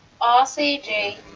RCG